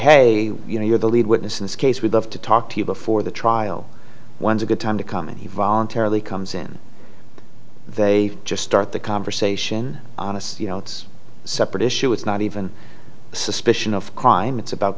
hey you know you're the lead witness in this case we'd love to talk to you before the trial once a good time to come and he voluntarily comes in they just start the conversation honest you know it's separate issue it's not even suspicion of crime it's about